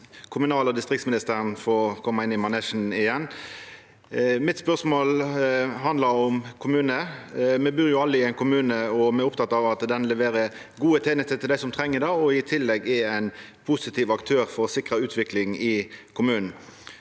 kommunal- og distriktsministeren kan få koma inn i manesjen igjen. Spørsmålet mitt handlar om kommunar. Me bur alle i ein kommune, og me er opptekne av at kommunen leverer gode tenester til dei som treng det, og i tillegg er ein positiv aktør for å sikra utvikling i kommunen.